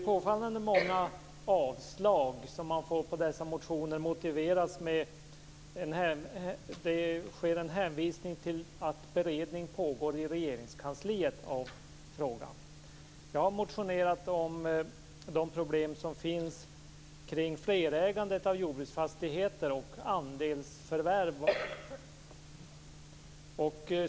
Påfallande många avslag på dessa motioner motiveras med en hänvisning till att beredning av frågan pågår i Jag har motionerat om de problem som finns kring flerägande och andelsförvärv av jordbruksfastigheter.